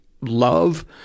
love –